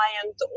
client